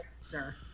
sir